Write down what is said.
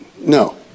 No